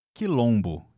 Quilombo